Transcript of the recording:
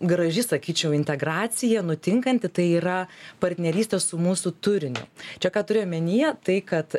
graži sakyčiau integracija nutinkanti tai yra partnerystė su mūsų turiniu čia ką turiu omenyje tai kad